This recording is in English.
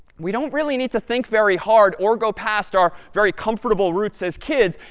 we don't really need to think very hard or go past our very comfortable roots as kids.